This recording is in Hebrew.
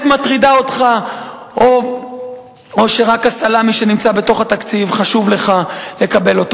מטרידה אותך או שרק הסלאמי שנמצא בתוך התקציב חשוב לך לקבל אותו.